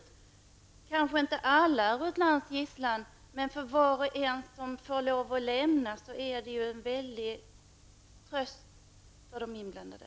Det gäller kanske inte alla ur ett lands gisslan, men för var och en som får lov att lämna landet är det en stor tröst för de inblandade.